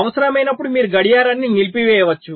అవసరమైనప్పుడు మీరు గడియారాన్ని నిలిపివేయవచ్చు